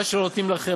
מה שלא נותנים לכם,